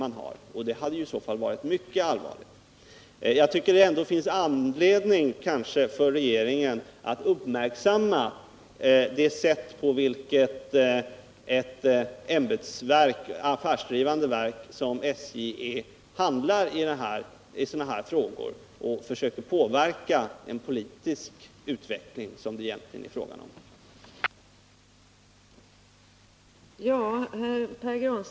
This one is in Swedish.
Detta hade i så fall varit mycket allvarligt. Jag tycker kanske ändå att det finns anledning för regeringen att uppmärksamma det sätt på vilket ett affärsdrivande verk, som SJ är, handlar i sådana här frågor och försöker påverka en politisk utveckling, som det egentligen är fråga om. Herr talman!